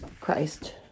Christ